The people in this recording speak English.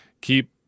keep